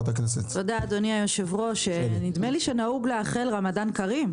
אדוני היושב ראש, נדמה לי שנהוג לאחל רמדאן קרים.